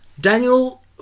Daniel